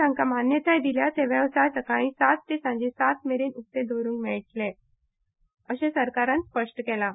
जांकां मान्यताय दिल्या ते वेवसाय सकाळीं सात ते सांजे सात मेरेन उक्तें दवरूंक मेळटले अशें सरकारान स्पश्ट केलां